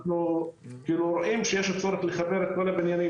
יש לנו את חבר הכנסת